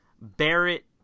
Barrett